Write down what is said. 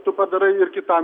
tu padarai ir kitam